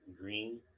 Green